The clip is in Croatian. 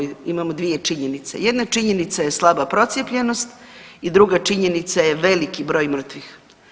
Imamo dvije činjenice, jedna činjenica je slaba procijepljenost i druga činjenica je veliki broj mrtvih.